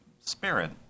spirit